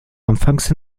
anfangs